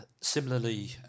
similarly